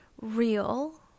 real